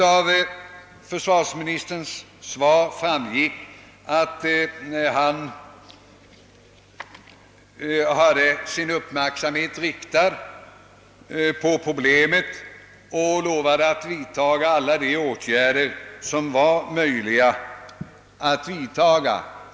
Av försvarsministerns svar framgick att han hade sin uppmärksamhet riktad på problemet, och han lovade också att vidta alla de åtgärder som var möjliga att vidta.